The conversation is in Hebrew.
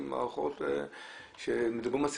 בשנים האחרונות מיפינו את מצב הבריאות